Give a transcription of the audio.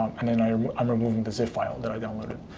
um and then i'm i'm removing the zip file that i downloaded.